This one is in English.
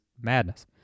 madness